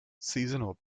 seasonal